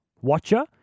watcher